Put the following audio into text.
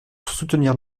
soutenir